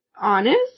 honest